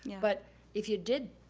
yeah but if ya did,